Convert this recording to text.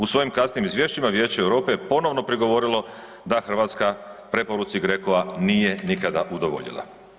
U svojim kasnijim izvješćima Vijeće Europe je ponovno prigovorilo da Hrvatska preporuci GRECO-a nije nikada udovoljila.